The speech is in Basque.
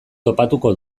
topatuko